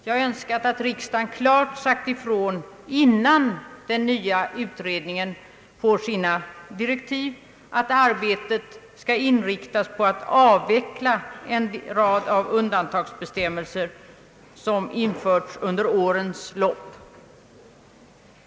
Jag hade önskat att riksdagen, innan den nya utredningen får sina direktiv, klart hade sagt ifrån att arbetet skall inriktas på att avveckla en rad undantagsbestämmelser, som införts under årens lopp.